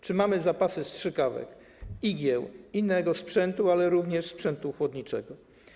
Czy mamy zapasy strzykawek, igieł, innego sprzętu, ale również sprzętu chłodniczego?